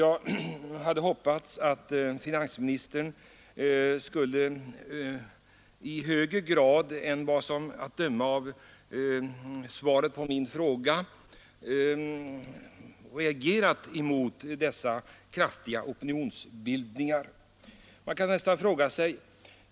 Jag hade hoppats att finansministern skulle i högre grad än vad som framgår av svaret på min fråga ha reagerat inför denna kraftiga opinionsbildning.